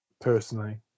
personally